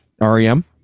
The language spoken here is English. REM